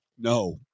no